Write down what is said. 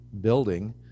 building